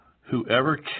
whoever